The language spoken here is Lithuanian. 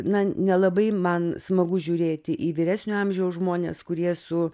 na nelabai man smagu žiūrėti į vyresnio amžiaus žmones kurie su